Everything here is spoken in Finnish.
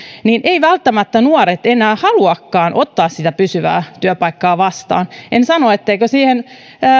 että eivät välttämättä nuoret enää haluakaan ottaa sitä pysyvää työpaikkaa vastaan en sano etteikö